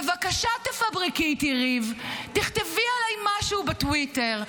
בבקשה, תפברקי איתי ריב, תכתבי עליי משהו בטוויטר.